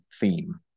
theme